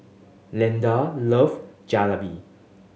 Leander love Jalebi